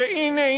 שהנה,